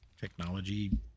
technology